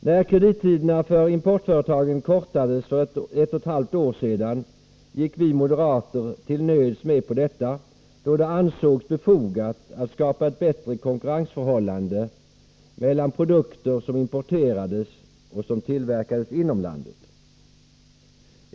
När kredittiderna för importföretagen kortades för ett och ett halvt år sedan gick vi moderater till nöds med på detta, då det ansågs befogat att skapa ett bättre konkurrensförhållande mellan produkter som importerades och produkter som tillverkades inom landet.